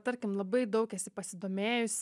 tarkim labai daug esi pasidomėjusi